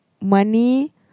money